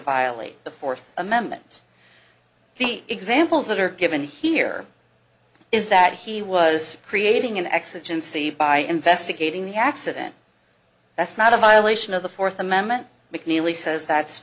violate the fourth amendment the examples that are given here is that he was creating an exigency by investigating the accident that's not a violation of the fourth amendment mcneely says that's